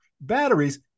batteries